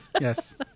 yes